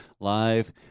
live